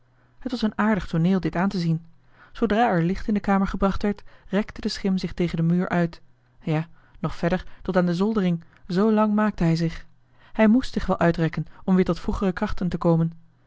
het was een aardig tooneel dit aan te zien zoodra er licht in de kamer gebracht werd rekte de schim zich tegen den muur uit ja nog verder tot aan de zoldering zoo lang maakte hij zich hij moest zich wel uitrekken om weer tot vroegere krachten te komen